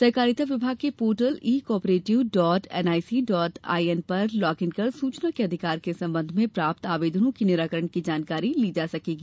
सहकारिता विभाग के पोर्टल ई कोआपरेटिवएनआईसीइन पर लॉगइन कर सूचना के अधिकार के संबंध में प्राप्त आवेदनों के निराकरण की जानकारी ली जा सकेगी